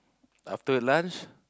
after lunch